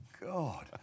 God